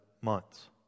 months